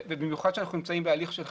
ובמיוחד שאנחנו נמצאים בהליך של חקיקה,